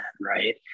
right